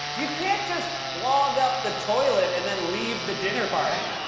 you can't just clog up the toilet, and then leave the dinner party.